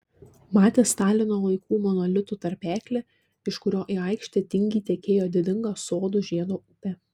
matė stalino laikų monolitų tarpeklį iš kurio į aikštę tingiai tekėjo didinga sodų žiedo upė